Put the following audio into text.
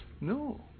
no